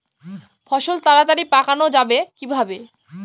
ফসল তাড়াতাড়ি পাকানো যাবে কিভাবে?